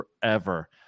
forever